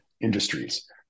industries